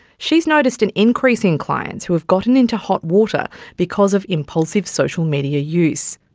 she's noticed an increase in clients who've gotten into hot water because of impulsive social media use.